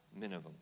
minimum